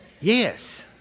Yes